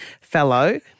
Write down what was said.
fellow